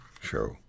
show